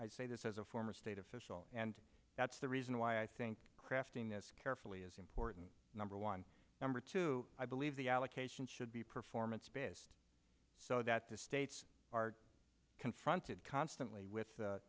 i say this as a former state official and that's the reason why i think crafting this carefully is important number one number two i believe the allocation should be performance based so that the states are confronted constantly with